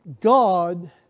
God